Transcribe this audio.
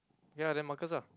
ya then Marcus lah